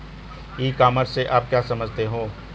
ई commerce से आप क्या समझते हो?